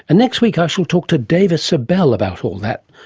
and next week i shall talk to dava sobel about all that,